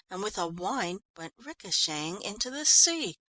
and with a whine went ricochetting into the sea.